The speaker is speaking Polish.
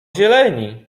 zieleni